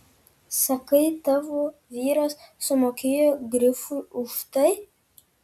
sakai tavo vyras sumokėjo grifui už tai